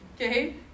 Okay